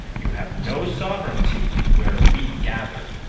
you have no sovereignty where we gather.